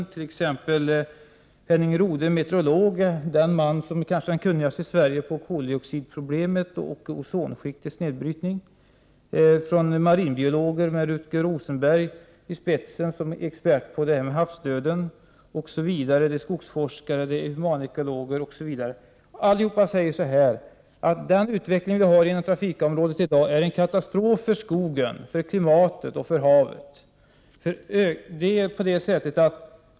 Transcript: Det var undertecknat av bl.a. Henning Rodhe, meteorolog, den man som kanske är kunnigast i Sverige när det gäller koldioxidproblemet och ozonskiktets nedbrytning, och av Rutger Rosenberg, som är expert på problemet med havsdöd. Brevet är också undertecknat av skogsforskare, humanekologer osv. Alla säger att den utveckling vi har inom trafikområdet i dag är en katastrof för skogen, klimatet och havet.